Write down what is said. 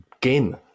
game